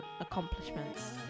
accomplishments